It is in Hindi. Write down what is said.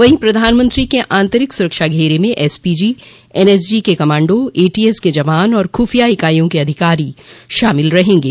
वहीं प्रधानमंत्री के आंतरिक सुरक्षा घेरे में एसपीजी एनएसजी के कमांडो एटीएस के जवान और ख्रफिया इकाइयों के अधिकारी शामिल रहेंगे